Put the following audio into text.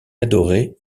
adoré